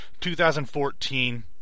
2014